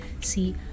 See